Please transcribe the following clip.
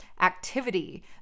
activity